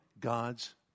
God's